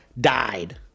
died